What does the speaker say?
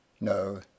no